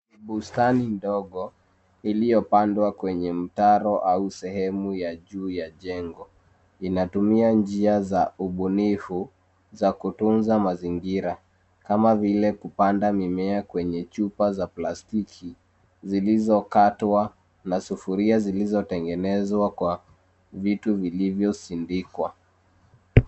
Bustani ndogo iliyopandwa kwenye mtaro au sehemu ya juu ya jengo. Inatumia njia za ubunifu za kutunza mazingira, kama vile kupanda mimea kwenye chupa za plastiki zilizokatwa na sufuria zilizotengenezwa kwa vitu vilivyosindikwa.